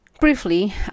briefly